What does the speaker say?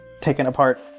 taken-apart